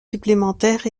supplémentaires